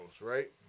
right